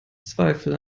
zweifel